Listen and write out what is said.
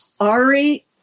Ari